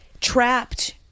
trapped